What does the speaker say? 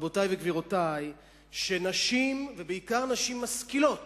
רבותי וגבירותי, שנשים, ובעיקר נשים משכילות